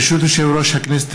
ברשות יושב-ראש הכנסת,